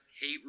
Hate